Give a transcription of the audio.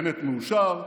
בנט מאושר,